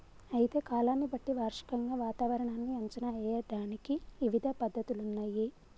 అయితే కాలాన్ని బట్టి వార్షికంగా వాతావరణాన్ని అంచనా ఏయడానికి ఇవిధ పద్ధతులున్నయ్యి